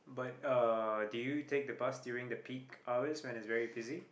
but uh did you take the bus during the peak hours when it's very busy